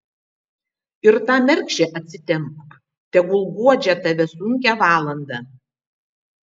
ir tą mergšę atsitempk tegu guodžia tave sunkią valandą